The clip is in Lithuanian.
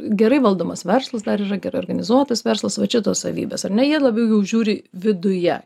gerai valdomas verslas dar yra gerai organizuotas verslas vat šitos savybės ar ne jie labiau jau žiūri viduje